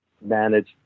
manage